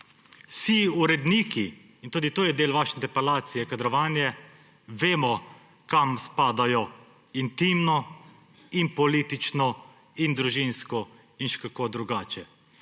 vse urednike – in tudi to je del vaše interpelacije, kadrovanje – vemo, kam spadajo intimno in politično in družinsko in še kako drugače.